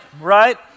right